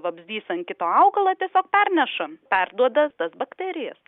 vabzdys ant kito augalo tiesiog perneša perduoda tas bakterijas